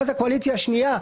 ואז הקואליציה השנייה,